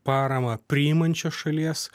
paramą priimančios šalies